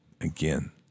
again